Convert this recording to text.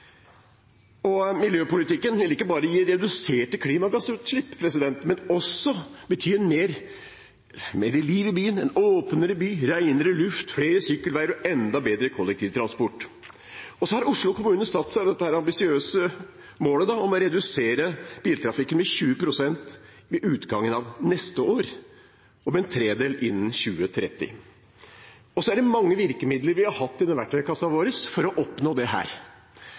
miljøhovedstad. Miljøpolitikken vil ikke bare gi reduserte klimagassutslipp, men også bety mer liv i byen, en åpnere by, renere luft, flere sykkelveier og enda bedre kollektivtransport. Oslo kommune har satt seg det ambisiøse målet å redusere biltrafikken med 20 pst. ved utgangen av neste år og med en tredel innen 2030. Vi har mange virkemidler i verktøykassen vår for å oppnå